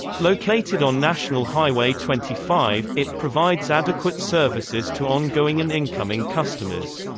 located on national highway twenty five, it provides adequate services to ongoing and incoming customers.